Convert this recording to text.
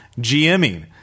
gming